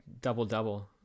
Double-double